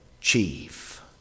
chief